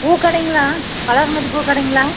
பூக்கடைங்களா Valarmathi பூக்கடைங்களா